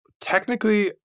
Technically